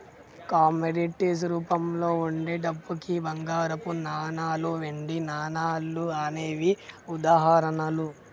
commodities రూపంలో వుండే డబ్బుకి బంగారపు నాణాలు, వెండి నాణాలు అనేవే ఉదాహరణలు